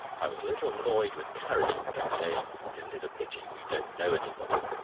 i was a little annoyed with carrie, who kept saying isn't it a pity we don't know anybody?